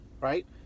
right